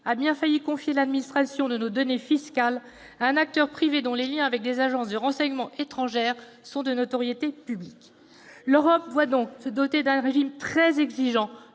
a bien failli confier l'administration de nos données fiscales à un acteur privé dont les liens avec des agences de renseignement étrangères sont de notoriété publique. Eh oui ! L'Europe doit donc se doter d'un régime très exigeant